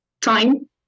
time